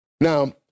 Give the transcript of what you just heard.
Now